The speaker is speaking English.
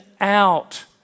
out